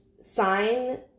sign